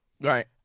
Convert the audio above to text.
Right